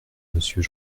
monsieur